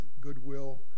goodwill